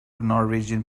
norwegian